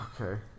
Okay